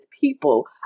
people